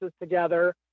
together